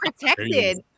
protected